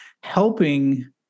helping